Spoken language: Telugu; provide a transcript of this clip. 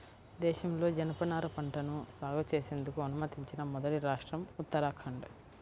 దేశంలో జనపనార పంటను సాగు చేసేందుకు అనుమతించిన మొదటి రాష్ట్రం ఉత్తరాఖండ్